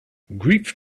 grief